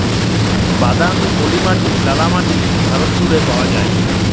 বাদামি, পলি মাটি, ললা মাটি ভারত জুইড়ে পাউয়া যায়